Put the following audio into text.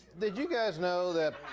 did you guys know that,